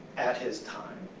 at his time.